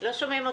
לא שומעים אותך.